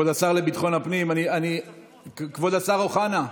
כבוד השר לביטחון הפנים, כבוד השר אוחנה.